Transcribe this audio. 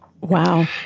Wow